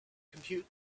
compute